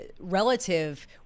relative